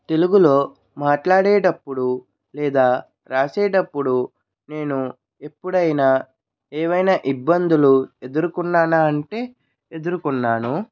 తెలుగులో మాట్లాడేటప్పుడు లేదా వ్రాసేటప్పుడు నేను ఎప్పుడైనా ఏవైనా ఇబ్బందులు ఎదుర్కొన్నాను అంటే ఎదుర్కున్నాను